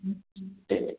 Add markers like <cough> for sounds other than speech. <unintelligible>